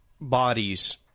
bodies